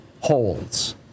holds